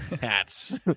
hats